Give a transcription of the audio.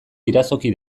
irazoki